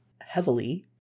heavily